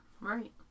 Right